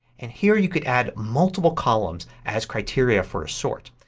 and here you could add multiple columns as criteria for a sort.